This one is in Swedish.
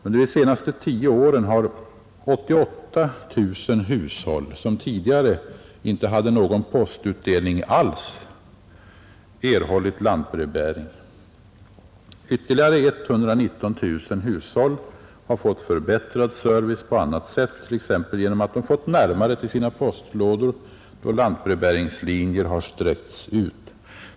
Under de senaste tio åren har 88 000 hushåll, som tidigare inte hade någon postutdelning alls, erhållit lantbrevbäring. Ytterligare 119 000 hushåll har fått förbättrad service på annat sätt, t.ex. genom att de fått närmare till sina postlådor då lantbrevbäringslinjer har sträckts ut.